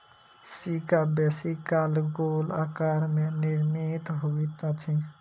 सिक्का बेसी काल गोल आकार में निर्मित होइत अछि